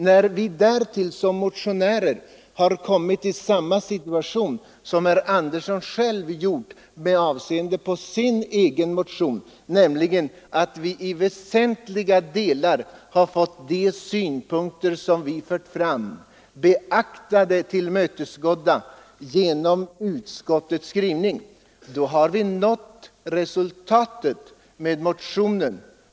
När vi därtill som motionärer har kommit i samma situation som herr Sivert Andersson själv gjort med avseende på sin egen motion, nämligen att vi i väsentliga delar har fått de synpunkter som vi fört fram beaktade och tillgodosedda genom utskottets skrivning, har vi nått resultat med motionen.